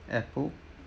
apple